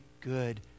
good